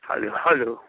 hello hello